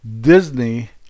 Disney